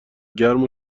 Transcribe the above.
گرم